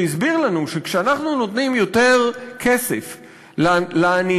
שהסביר לנו שכשאנחנו נותנים יותר כסף לעניים,